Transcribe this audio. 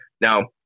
Now